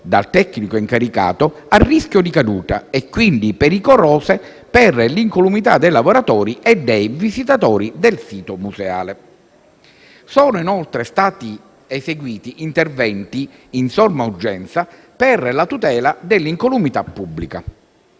dal tecnico incaricato a rischio di caduta e quindi pericolose per l'incolumità dei lavoratori e dei visitatori del sito museale. Sono inoltre stati eseguiti interventi in somma urgenza per la tutela dell'incolumità pubblica.